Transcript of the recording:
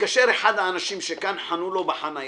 אחד האנשים שנמצא כאן שחנו לו בחניה.